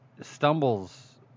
stumbles